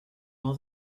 all